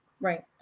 Right